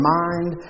mind